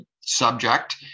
subject